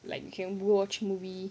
like we can watch movie